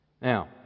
Now